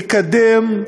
לקדם,